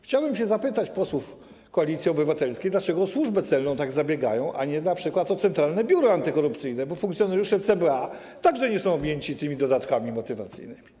Chciałbym zapytać posłów Koalicji Obywatelskiej, dlaczego o Służbę Celną tak zabiegają, a nie np. o Centralne Biuro Antykorupcyjne, bo funkcjonariusze CBA także nie są objęci dodatkami motywacyjnymi.